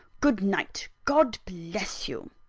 good night god bless you!